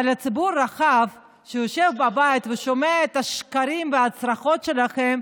אבל לציבור הרחב שיושב בבית ושומע את השקרים ואת הצרחות שלכם,